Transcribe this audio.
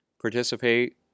participate